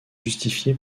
justifié